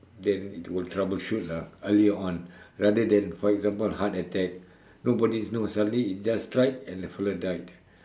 then it will troubleshoot lah earlier on rather than for example heart attack nobody knows suddenly it just strike and then the fella die